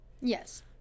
Yes